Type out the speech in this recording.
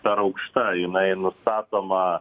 per aukšta jinai nustatoma